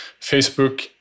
Facebook